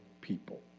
people